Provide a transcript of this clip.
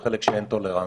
וחלק שאין בו טולרנטיות.